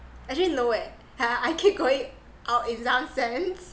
actually no eh !huh! I keep going out is